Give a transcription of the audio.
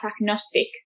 agnostic